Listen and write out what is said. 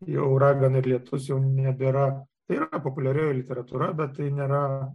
jau ragana ir lietus jau nebėra ir populiarioji literatūra bet tai nėra